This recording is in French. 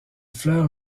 fleurs